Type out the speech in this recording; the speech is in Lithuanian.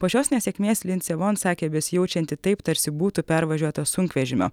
po šios nesėkmės linsė von sakė besijaučianti taip tarsi būtų pervažiuota sunkvežimio